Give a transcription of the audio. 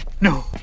No